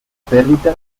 perdita